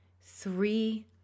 three